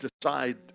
decide